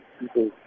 people